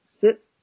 sit